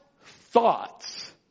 thoughts